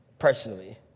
personally